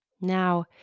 Now